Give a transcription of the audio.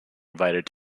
invited